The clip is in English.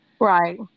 right